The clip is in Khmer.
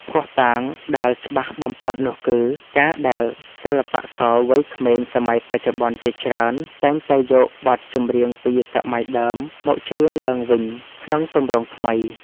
ភស្តុតាងដែលច្បាស់បំផុតនោះគឺ ការដែលសិល្បករវ័យក្មេងសម័យបច្ចុប្បន្នជាច្រើន តែងតែយកបទចម្រៀងពីសម័យដើមមកច្រៀងឡើងវិញក្នុងទម្រង់ថ្មី